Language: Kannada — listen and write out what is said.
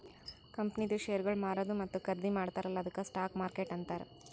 ಕಂಪನಿದು ಶೇರ್ಗೊಳ್ ಮಾರದು ಮತ್ತ ಖರ್ದಿ ಮಾಡ್ತಾರ ಅಲ್ಲಾ ಅದ್ದುಕ್ ಸ್ಟಾಕ್ ಮಾರ್ಕೆಟ್ ಅಂತಾರ್